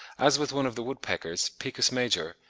as with one of the woodpeckers, picus major,